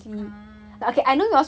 ah